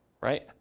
Right